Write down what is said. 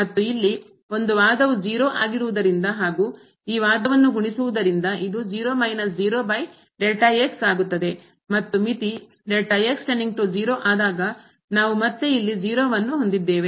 ಮತ್ತು ಇಲ್ಲಿ ಒಂದು ವಾದವು 0 ಆಗಿರುವುದರಿಂದ ಹಾಗೂ ಈ ವಾದವನ್ನು ಗುಣಿಸುವುದರಿಂದ ಇದು ಆಗುತ್ತದೆ ಮತ್ತು ಮಿತಿ ಆದಾಗ ನಾವು ಮತ್ತೆ ಇಲ್ಲಿ 0 ಅನ್ನು ಹೊಂದಿದ್ದೇವೆ